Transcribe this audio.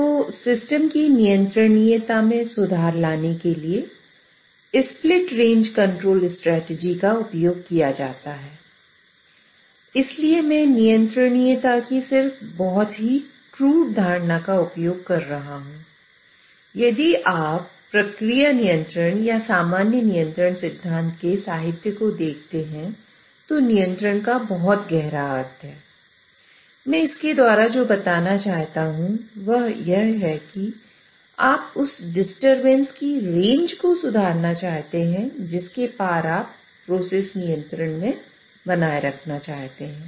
तो सिस्टम की नियंत्रणीयता की रेंज को सुधारना चाहते हैं जिसके पार आप प्रोसेस को नियंत्रण में बनाए रखना चाहते हैं